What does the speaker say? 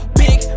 big